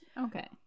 Okay